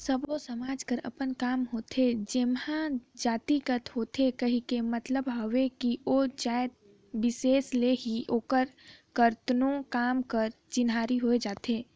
सब्बो समाज कर अपन काम होथे जेनहा जातिगत होथे कहे कर मतलब हवे कि ओ जाएत बिसेस ले ही ओकर करतनो काम कर चिन्हारी होए जाथे